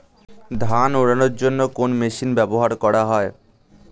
ধান উড়ানোর জন্য কোন মেশিন ব্যবহার করা হয়?